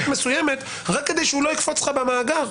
מסוימת רק כדי שהוא לא יקפוץ לך במאגר.